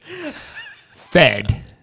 Fed